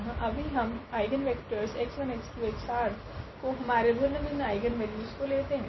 यहाँ अभी हम आइगनवेक्टरस 𝑥1x2𝑥𝑟 को हमारे भिन्न भिन्न आइगनवेल्यूस को लेते है